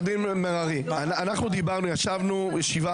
(חברת הכנסת נעמה לזימי יוצאת מחדר הוועדה) עו"ד מררי,